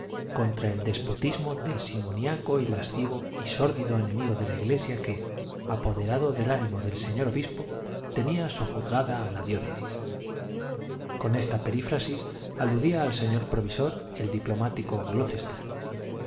contra el despotismo del simoníaco y lascivo y sórdido enemigo de la iglesia que apoderado del ánimo del señor obispo tenía sojuzgada a la diócesis con esta perífrasis aludía al señor provisor el diplomático